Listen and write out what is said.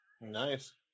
Nice